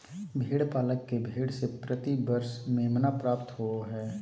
भेड़ पालक के भेड़ से प्रति वर्ष मेमना प्राप्त होबो हइ